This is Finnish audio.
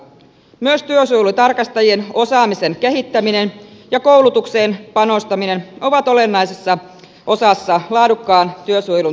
myös työsuojelutarkastajien osaamisen kehittäminen ja koulutukseen panostaminen ovat olennaisessa osassa laadukkaan työsuojelun turvaamisessa